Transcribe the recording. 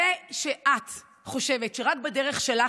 זה שאת חושבת שרק בדרך שלך,